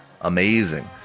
amazing